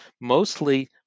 Mostly